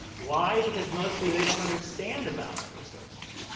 why? because mostly they don't understand about our research.